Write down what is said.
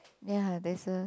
ya there's a